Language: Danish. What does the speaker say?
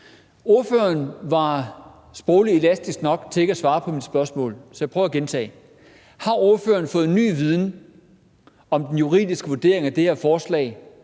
Ordføreren var sprogligt elastisk nok til ikke at svare på mit spørgsmål, så jeg prøver at gentage det: Har ordføreren fået ny viden om den juridiske vurdering af det her forslag,